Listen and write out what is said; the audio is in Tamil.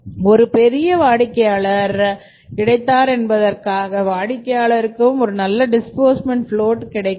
ஒரு பெரிய வாடிக்கையாளர் கிடைத்தார் என்பதைப்போல வாடிக்கையாளருக்கும் நல்ல ஒரு டிஸ்பூர்ஸ்மெண்ட் ப்லோட் கிடைக்க வேண்டும்